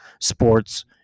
sports